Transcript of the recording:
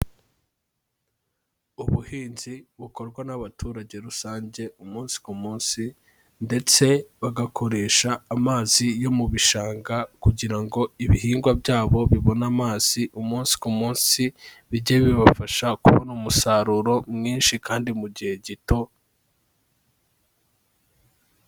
Ubuhinzi bukorwa n'abaturage rusange umunsi ku munsi ndetse bagakoresha amazi yo mu bishanga kugira ngo ibihingwa byabo bibone amazi umunsi ku munsi bijye bibafasha kubona umusaruro mwinshi kandi mu gihe gito.